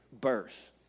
birth